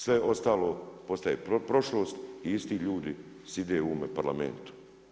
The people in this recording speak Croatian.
Sve ostalo postaje prošlost i isti ljudi sjede u ovome Parlamentu.